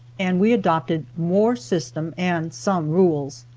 and we adopted more system and some rules.